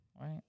right